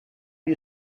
you